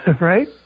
Right